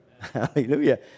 Hallelujah